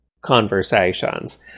conversations